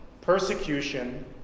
persecution